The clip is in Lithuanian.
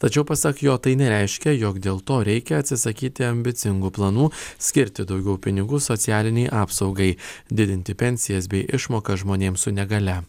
tačiau pasak jo tai nereiškia jog dėl to reikia atsisakyti ambicingų planų skirti daugiau pinigų socialinei apsaugai didinti pensijas bei išmokas žmonėms su negalia